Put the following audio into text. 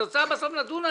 על התוצאה בסוף נדון.